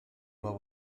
what